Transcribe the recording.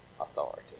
authority